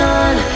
on